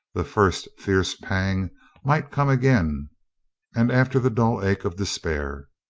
the first fierce pang might come again and after the dull ache of despair.